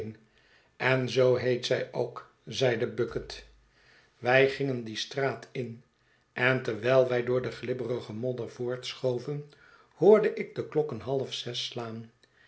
en zoo heet zij ook zeide bucket wij gingen die straat in en terwijl wij door de glibberige modder voortschoven hoorde ik de klokken half zes slaan